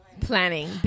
planning